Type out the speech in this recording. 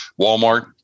Walmart